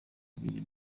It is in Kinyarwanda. abiri